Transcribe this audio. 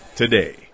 today